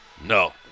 no